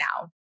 now